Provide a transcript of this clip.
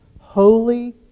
holy